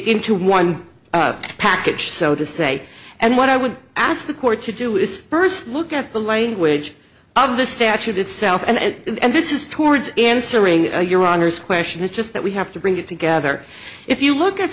into one package so to say and what i would ask the court to do is first look at the language of the statute itself and this is towards answering your honour's question it's just that we have to bring it together if you look at